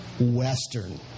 western